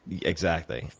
exactly.